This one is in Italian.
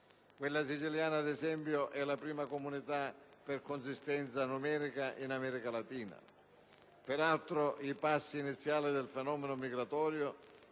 Quella siciliana, ad esempio, è la prima comunità per consistenza numerica in America Latina. Peraltro, i passi iniziali del fenomeno migratorio